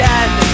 end